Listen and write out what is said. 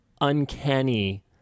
uncanny